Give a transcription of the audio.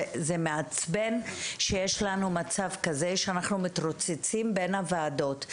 זה מעצבן שיש לנו מצב כזה שאנחנו מתרוצצים בין הוועדות.